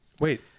Wait